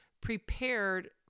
prepared